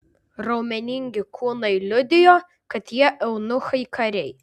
raumeningi kūnai liudijo kad jie eunuchai kariai